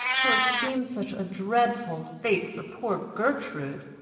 for it seems such a dreadful fate for poor gertrude?